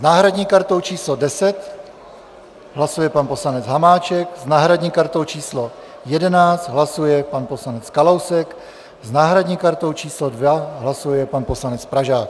S náhradní kartou číslo 10 hlasuje pan poslanec Hamáček, s náhradní kartou číslo 11 hlasuje pan poslanec Kalousek, s náhradní kartou číslo 2 hlasuje pan poslanec Pražák.